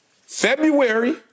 February –